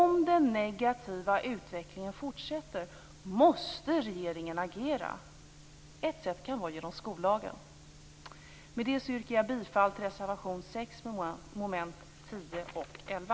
Om den negativa utvecklingen fortsätter måste regeringen agera. Ett sätt kan vara genom skollagen. Med detta yrkar jag bifall till reservation 6 under mom. 10 och 11.